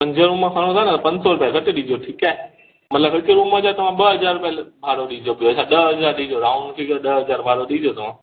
पंज रुम खणो था न पंज सौ रुपया घटि ॾिजो ठीकु आहे मतिलबु हिकु रुम जा तव्हां ॿ हज़ार रुपया भाड़ो ॾिजो ॿियो छा ॾह हज़ार ॾिजो राउंड फ़िगर ॾह हज़ार भाड़ो ॾिजो तव्हां